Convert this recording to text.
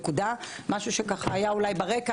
משהו שהיה ברקע,